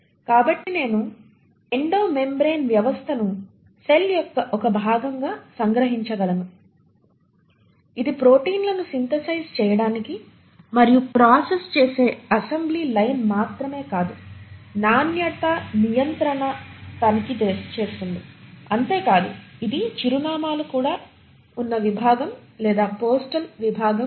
కాబట్టి నేను endomembrane వ్యవస్థను సెల్ యొక్క ఒక భాగంగా సంగ్రహించగలను ఇది ప్రోటీన్లను సింథసైజ్ చేయడానికి మరియు ప్రాసెస్ చేసే అసెంబ్లీ లైన్ మాత్రమే కాదు నాణ్యత నియంత్రణను తనిఖీ చేస్తుంది అంతే కాదు ఇది చిరునామాలు ఉన్న విభాగం లేదా పోస్టల్ విభాగం కూడా